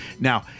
Now